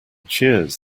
cheers